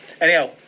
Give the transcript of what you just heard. Anyhow